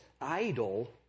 idle